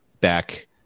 back